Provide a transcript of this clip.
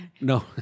no